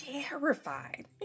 terrified